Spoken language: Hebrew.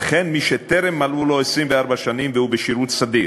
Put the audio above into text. וכן מי שטרם מלאו לו 24 שנים והוא בשירות סדיר,